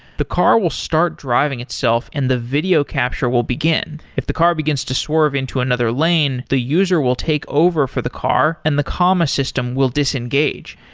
the car will start driving itself and the video capture will begin if the car begins to swerve into another lane, the user will take over for the car and the comma system will disengage.